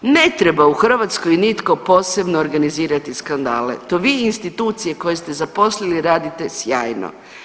Ne treba u Hrvatskoj nitko posebno organizirati skandale, to vi i institucije koje ste zaposlili radite sjajno.